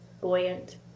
buoyant